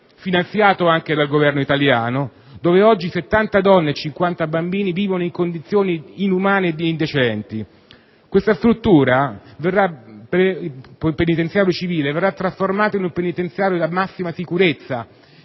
finanziato anche dal Governo italiano, dove oggi 70 donne e 50 bambini vivono in condizioni inumane e indecenti. Questa struttura, un penitenziario civile, verrà trasformata in un penitenziario di massima sicurezza